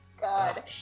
god